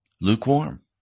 Lukewarm